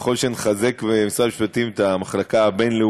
שככל שנחזק במשרד המשפטים את המחלקה הבין-לאומית